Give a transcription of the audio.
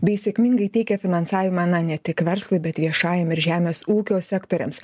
bei sėkmingai teikė finansavimą na ne tik verslui bet viešajam ir žemės ūkio sektoriams